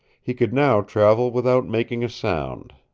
he could now travel without making a sound.